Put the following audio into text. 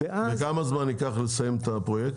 וכמה זמן ייקח לסיים את הפרויקט?